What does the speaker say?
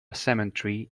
cemetery